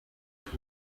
nta